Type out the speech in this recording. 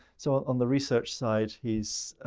so, on the research side, he's